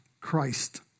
Christ